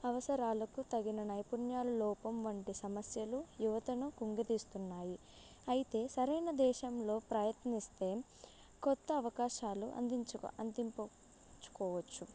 అవసరాలకు తగిన నైపుణ్యాల లోపం వంటి సమస్యలు యువతను కుంగతిస్తున్నాయి అయితే సరైన దేశంలో ప్రయత్నిస్తే కొత్త అవకాశాలు అందించుకో అందింపచుకోవచ్చు